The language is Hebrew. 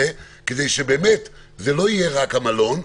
כדי שבאמת זה לא יהיה רק המלון,